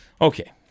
Okay